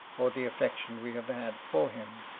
or the affection we have had for him